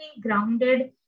grounded